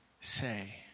say